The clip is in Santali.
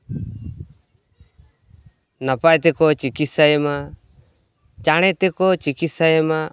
ᱱᱟᱯᱟᱭ ᱛᱮᱠᱚ ᱪᱤᱠᱤᱥᱥᱟᱭᱮ ᱢᱟ ᱪᱟᱬᱮ ᱛᱮᱠᱚ ᱪᱤᱠᱤᱥᱥᱟᱭᱮ ᱢᱟ